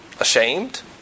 Ashamed